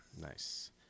Nice